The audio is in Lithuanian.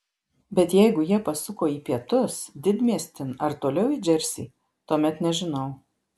bet jeigu jie pasuko į pietus didmiestin ar toliau į džersį tuomet nežinau